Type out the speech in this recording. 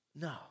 No